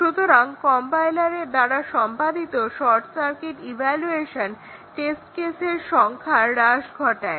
সুতরাং কম্পাইলারের দ্বারা সম্পাদিত শর্ট সার্কিট ইভালুয়েশন টেস্ট কেসের সংখ্যার হ্রাস ঘটায়